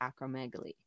acromegaly